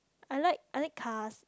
I like I like cars